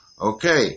Okay